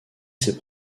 ses